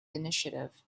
initiative